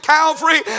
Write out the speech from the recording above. Calvary